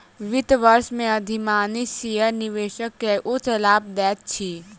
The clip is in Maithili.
वित्त वर्ष में अधिमानी शेयर निवेशक के उच्च लाभ दैत अछि